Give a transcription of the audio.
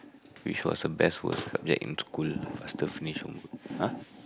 which was the best worst subject in school faster finish homework !huh!